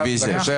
רוויזיה.